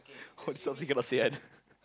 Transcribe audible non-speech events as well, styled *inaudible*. *breath* this kind of thing cannot say one